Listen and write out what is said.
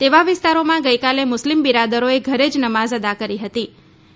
તેવા વિસ્તારોમાં ગઈકાલે મુસ્લિમ બિરાદરોએ ઘરે જ નમાઝ અદા કરી હતીં